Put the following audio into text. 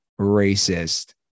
Racist